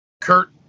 Kurt